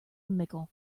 mickle